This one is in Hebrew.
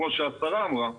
כמו שהשרה אמרה,